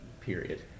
period